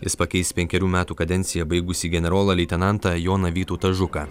jis pakeis penkerių metų kadenciją baigusį generolą leitenantą joną vytautą žuką